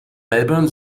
melbourne